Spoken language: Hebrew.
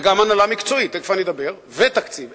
וגם הנהלה מקצועית, תיכף אני אדבר, ותקציב.